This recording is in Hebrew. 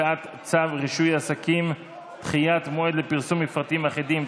צו רישוי עסקים (דחיית מועד לפרסום מפרטים אחידים),